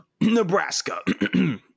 Nebraska